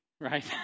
right